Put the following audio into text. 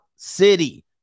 City